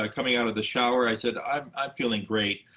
ah coming out of the shower, i said, i'm i'm feeling great.